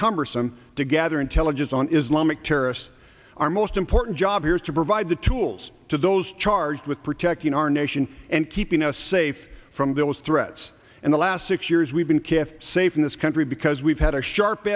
cumbersome to gather intelligence on islamic terrorists are most important job here is to provide the tools to those charged with protecting our nation and keeping us safe from those threats and the last six years we've been kiff safe in this country because we've had a sharp